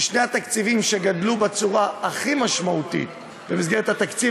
שני התקציבים שגדלו בצורה הכי משמעותית במסגרת התקציב